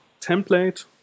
template